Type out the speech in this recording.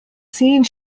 scene